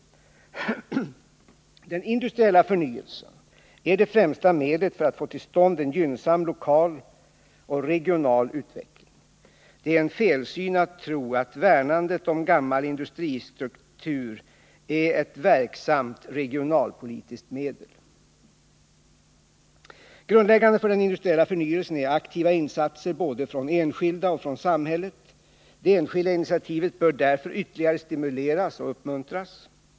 Den industriella förnyelsen är det främsta medlet för att få till stånd en gynnsam lokal och regional utveckling. Det är en felsyn att tro att värnandet om gammal industristruktur är ett verksamt regionalpolitiskt medel. Grundläggande för den industriella förnyelsen är aktiva insatser både från enskilda och från samhället. Det enskilda initiativet bör därför ytterligare stimuleras och uppmuntras.